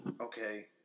okay